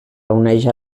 reuneix